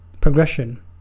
progression